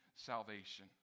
salvation